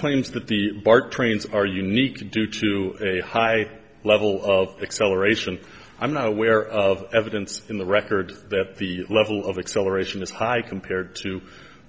that the bart trains are unique and due to a high level of acceleration i'm not aware of evidence in the record that the level of acceleration is high compared to